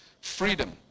freedom